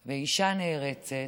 ואישה נערצת